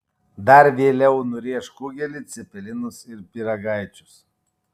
dar vėliau nurėš kugelį cepelinus ir pyragaičius